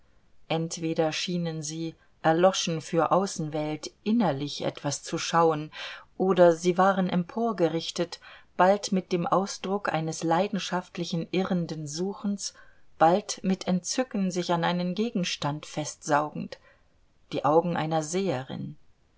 entweder schienen sie erloschen für außenwelt innerlich etwas zu schauen oder sie waren emporgerichtet bald mit dem ausdruck eines leidenschaftlichen irrenden suchens bald mit entzücken sich an einen gegenstand festsaugend die augen einer seherin